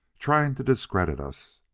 trying to discredit us,